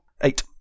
Eight